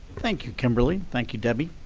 thank you, kimberly, thank you, debbie.